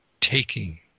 taking